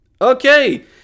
Okay